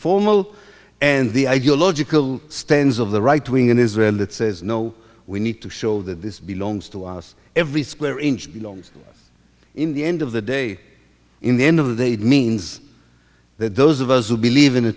formal and the ideological stance of the right wing in israel it says no we need to show that this belongs to us every square inch belongs in the end of the day in the end of the day it means that those of us who believe in a